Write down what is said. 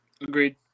agreed